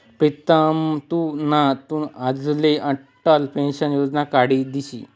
प्रीतम तु तुना आज्लाले अटल पेंशन योजना काढी दिशी